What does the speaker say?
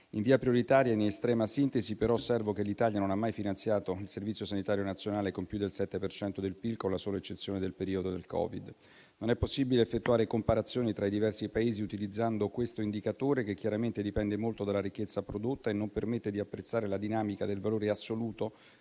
In via prioritaria e in estrema sintesi, osservo però che l'Italia non ha mai finanziato il Servizio sanitario nazionale con più del 7 per cento del PIL, con la sola eccezione del periodo del Covid. Non è possibile effettuare comparazioni tra i diversi Paesi utilizzando questo indicatore, che chiaramente dipende molto dalla ricchezza prodotta e non permette di apprezzare la dinamica del valore assoluto